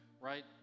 right